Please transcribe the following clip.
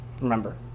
remember